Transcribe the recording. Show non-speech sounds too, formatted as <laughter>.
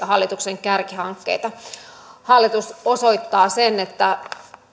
<unintelligible> hallituksen kärkihankkeita hallitus osoittaa että